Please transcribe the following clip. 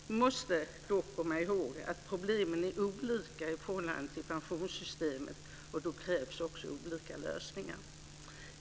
Vi måste dock komma ihåg att problemen i pensionssystemet är annorlunda, och då krävs också andra lösningar här.